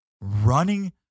running